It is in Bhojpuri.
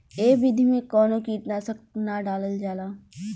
ए विधि में कवनो कीट नाशक ना डालल जाला